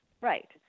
Right